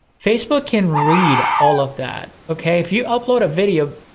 facebook can read all of that, okay? if you upload a video,